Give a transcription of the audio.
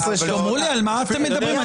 תאמרי לי על מה אתם מדברים?